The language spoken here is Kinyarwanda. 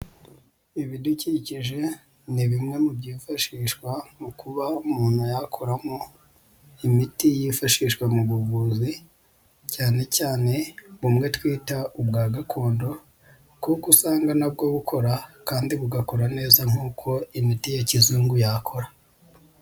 Ibidukikije ni bimwe mu byifashishwa mu kuba umuntu yakoramo imiti yifashishwa mu buvuzi, cyane cyane bumwe twita ubwa gakondo kuko usanga na bwo bukora kandi bugakora neza nk'uko imiti ya kizungu yakora.